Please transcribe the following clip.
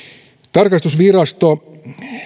tarkastusvirasto